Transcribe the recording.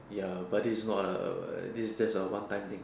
ya but this not a uh this is just a one time thing